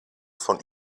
von